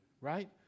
right